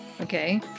Okay